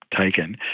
taken